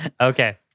Okay